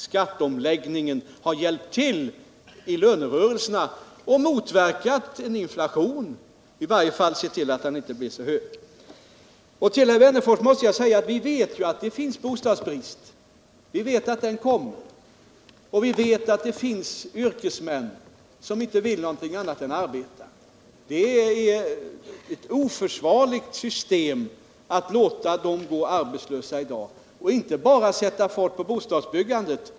Skatteomläggningen har i lönerörelserna hjälpt till att motverka en inflation, i varje fall har den sett till att inflationen inte har blivit så hög. Till herr Wennerfors vill jag säga att vi vet ju att det finns bostadsbrist, och vi vet att den kommer att förvärras. Vi vet också att det finns yrkesmän som inte vill något hellre än att arbeta. Det innebär ett oförsvarligt system att låta dem gå arbetslösa i dag. Vi vill f. ö. inte bara sätta fart på bostadsbyggandet.